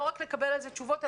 ולא מספיק לקבל על זה תשובות,